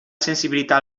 sensibilità